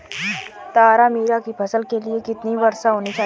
तारामीरा की फसल के लिए कितनी वर्षा होनी चाहिए?